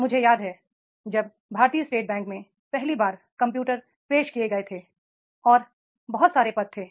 मुझे याद है जब भारतीय स्टेट बैंक में पहली बार कंप्यूटर पेश किए गए थे और बहुत सारे पद थे